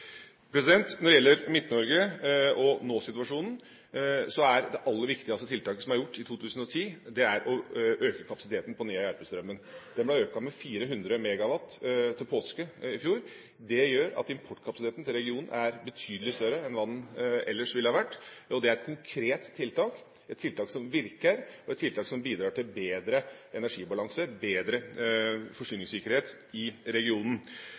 Når det gjelder Midt-Norge og nåsituasjonen, er det aller viktigste tiltaket som er gjort i 2010, å øke kapasiteten på Nea–Järpströmmen. Den ble økt med 400 MW til påske i fjor. Det gjør at importkapasiteten til regionen er betydelig større enn hva den ellers ville ha vært. Det er et konkret tiltak, et tiltak som virker, og et tiltak som bidrar til bedre energibalanse, bedre forsyningssikkerhet i regionen.